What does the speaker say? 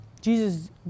Jesus